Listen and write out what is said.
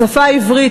השפה העברית,